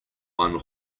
one